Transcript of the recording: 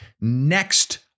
next